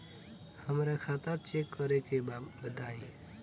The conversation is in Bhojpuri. हमरा खाता चेक करे के बा बताई?